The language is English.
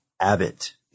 Abbott